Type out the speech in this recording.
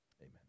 amen